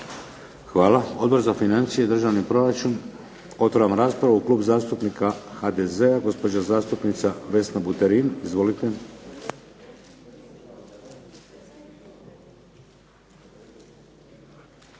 Hvala. Odbor za financije i državni proračun. Otvaram raspravu. Klub zastupnika HDZ-a gospođa zastupnica Vesna Buterin. Izvolite.